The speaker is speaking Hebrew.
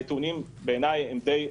הנתונים ברורים למדי.